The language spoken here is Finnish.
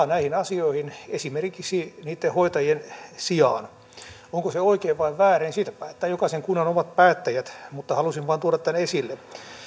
näihin asioihin esimerkiksi niitten hoitajien sijaan onko se oikein vai väärin siitä päättävät jokaisen kunnan omat päättäjät mutta halusin vain tuoda tämän esille